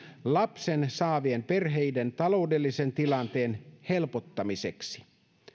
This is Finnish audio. lapsen saavien perheiden taloudellisen tilanteen helpottamiseksi